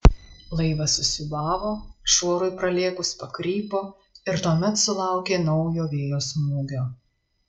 laivas susiūbavo šuorui pralėkus pakrypo ir tuomet sulaukė naujo vėjo smūgio